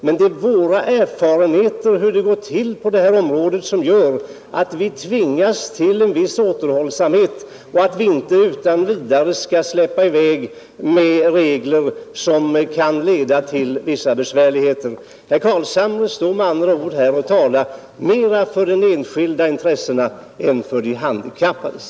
Men våra erfarenheter av hur det går till på detta område gör att vi tvingas till en viss återhållsamhet så att vi inte utan vidare inför regler som kan leda till besvärligheter. Herr Carlshamre står med andra ord här och talar mera för de enskilda intressena än för de handikappades.